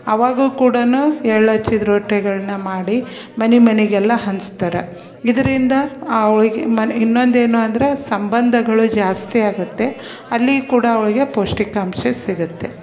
ಆವಾಗ್ಲೂ ಕೂಡ ಎಳ್ಳು ಹಚ್ಚಿದ ರೊಟ್ಟಿಗಳನ್ನ ಮಾಡಿ ಮನೆ ಮನೆಗೆಲ್ಲ ಹಂಚ್ತಾರೆ ಇದರಿಂದ ಅವ್ಳ್ಗೆ ಮನೆ ಇನ್ನೊಂದೇನು ಅಂದರೆ ಸಂಬಂಧಗಳು ಜಾಸ್ತಿ ಆಗುತ್ತೆ ಅಲ್ಲಿ ಕೂಡ ಅವಳಿಗೆ ಪೌಷ್ಟಿಕಾಂಶ ಸಿಗುತ್ತೆ